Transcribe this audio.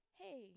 hey